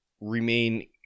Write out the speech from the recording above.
remain